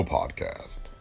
Podcast